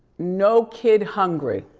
no kid hungry.